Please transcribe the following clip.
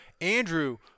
Andrew